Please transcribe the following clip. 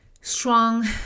strong